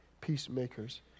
peacemakers